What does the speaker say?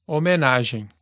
Homenagem